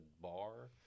bar